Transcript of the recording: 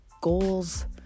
goals